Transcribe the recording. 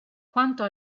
quanto